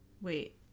Wait